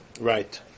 Right